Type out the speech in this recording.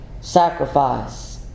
sacrifice